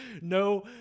No